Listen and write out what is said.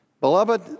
Beloved